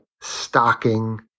stocking